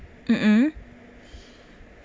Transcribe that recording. mm mm